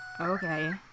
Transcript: Okay